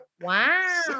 Wow